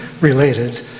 related